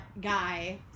guy